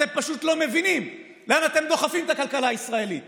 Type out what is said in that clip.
אתם פשוט לא מבינים לאן אתם דוחפים את הכלכלה הישראלית